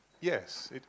Yes